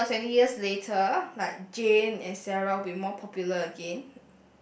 ten or twenty years later like Jane and Sarah would be more popular again